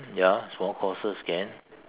ya small courses can